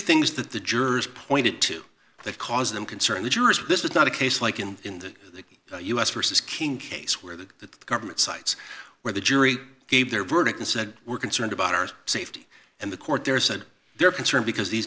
things that the jurors pointed to that caused them concern the jurors this is not a case like in in the u s versus king case where the government sites where the jury gave their verdict and said we're concerned about our safety and the court there said they're concerned because these